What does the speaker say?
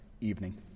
evening